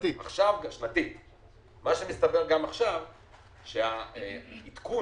עכשיו מסתבר שהעדכון,